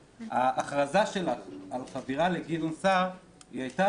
ההכרזה שלך על חבירה לגדעון סער הייתה